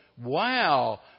Wow